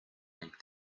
ning